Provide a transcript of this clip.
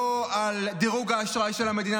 לא על דירוג האשראי של המדינה,